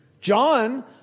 John